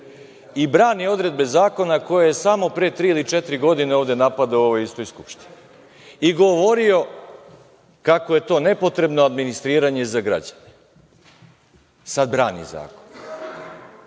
i brani odredbe zakona koje je samo pre tri ili četiri godine ovde napadao u ovoj istoj Skupštini i govorio kako je to nepotrebno administriranje za građane. Sada brani zakon. Kada